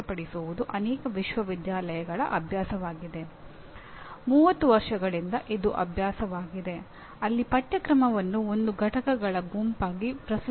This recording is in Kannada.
ನಾವು ಈ ಎಲ್ಲಾ ವಿಷಯಗಳ ವಿವರಗಳಿಗೆ ಹೋಗುವುದಿಲ್ಲ ಆದರೆ ಪ್ರಾಯೋಗಿಕ ದೃಷ್ಟಿಯ ಒಂದು ಉದಾಹರಣೆಯನ್ನು ನೋಡೋಣ